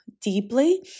deeply